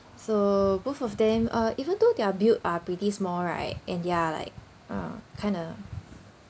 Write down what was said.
so both of them uh even though their build are pretty small right and they are like uh kind of